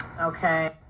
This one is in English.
okay